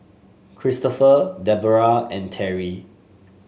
Christopher Deborrah and Terry